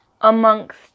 amongst